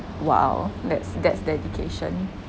!wow! that's that's dedication